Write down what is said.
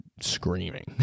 screaming